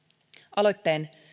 aloitteen